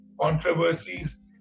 controversies